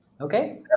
Okay